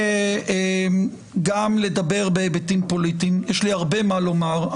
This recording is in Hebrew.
אפשר גם לדבר בהיבטים פוליטיים ויש לי הרבה מה לומר.